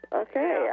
Okay